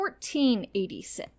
1486